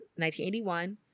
1981